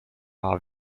are